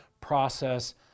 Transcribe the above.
process